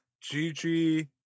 Gigi